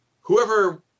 whoever